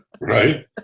Right